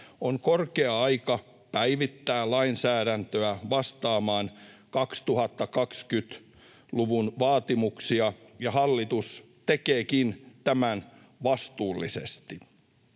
On korkea aika päivittää lainsäädäntöä vastaamaan 2020-luvun vaatimuksia, ja hallitus tekeekin tämän vastuullisesti.